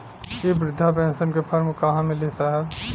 इ बृधा पेनसन का फर्म कहाँ मिली साहब?